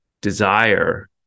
desire